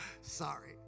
Sorry